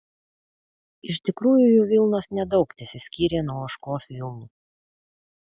iš tikrųjų jų vilnos nedaug tesiskyrė nuo ožkos vilnų